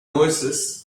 oasis